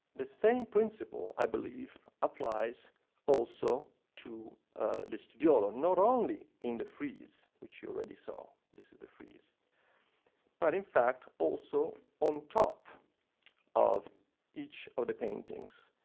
the same principle, i believe, applies also to the studiolo. not only in the frieze, which you already saw this is the frieze but, in fact, also on top of each of the paintings.